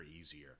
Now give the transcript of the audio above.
easier